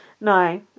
No